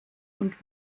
und